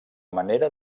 manera